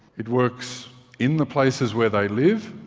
it works in the places where they live,